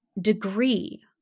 degree